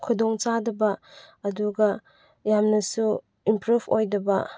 ꯈꯨꯗꯣꯡ ꯆꯥꯗꯕ ꯑꯗꯨꯒ ꯌꯥꯝꯅꯁꯨ ꯏꯝꯄ꯭ꯔꯨꯞ ꯑꯣꯏꯗꯕ